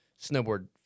snowboard